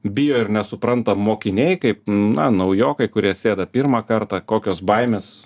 bijo ir nesupranta mokiniai kaip na naujokai kurie sėda pirmą kartą kokios baimės